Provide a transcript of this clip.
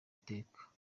iteka